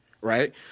right